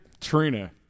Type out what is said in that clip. Trina